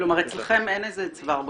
כלומר אצלכם אין איזה צוואר בקבוק.